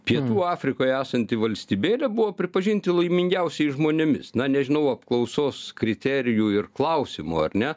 pietų afrikoje esanti valstybėlė buvo pripažinti laimingiausiais žmonėmis na nežinau apklausos kriterijų ir klausimų ar ne